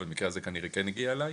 אבל המקרה הזה כנראה כן הגיע אליי,